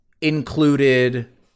included